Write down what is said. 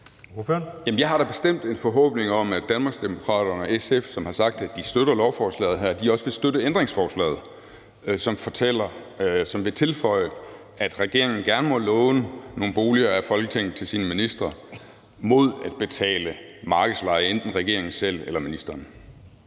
Jeg har da bestemt en forhåbning om, at Danmarksdemokraterne og SF, som har sagt, at de støtter lovforslaget her, også vil støtte ændringsforslaget, som vil tilføje, at regeringen gerne må låne nogle boliger af Folketinget til sine ministre mod at betale markedsleje, enten regeringen selv eller ministeren.